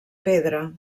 pedra